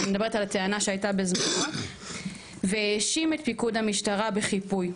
אני מדברת על הטענה שהייתה --- והאשים את פיקוד המשטרה בחיפוי.